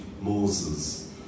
Moses